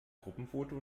gruppenfoto